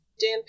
Dan